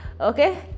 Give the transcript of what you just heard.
okay